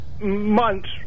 months